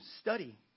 study